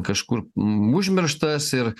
kažkur m užmirštas ir